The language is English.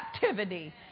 captivity